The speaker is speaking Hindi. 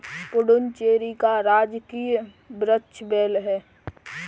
पुडुचेरी का राजकीय वृक्ष बेल है